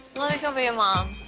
let me go be a mom